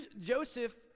Joseph